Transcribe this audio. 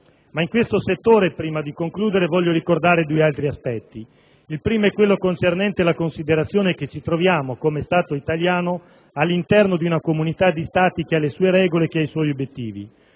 In questo settore, prima di concludere, voglio ricordare due altri aspetti. Il primo è quello concernente la considerazione che ci troviamo, come Stato italiano, all'interno di una comunità di Stati che ha le sue regole e i suoi obiettivi.